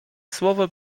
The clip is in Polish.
słowo